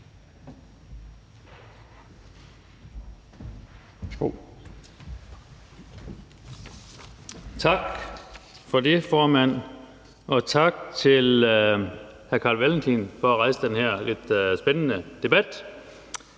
Tak for det, formand, og tak til hr. Carl Valentin for at rejse den her lidt spændende debat.